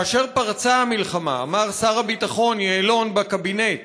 כאשר פרצה המלחמה אמר שר הביטחון יעלון בקבינט,